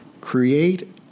create